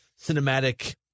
cinematic